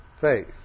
faith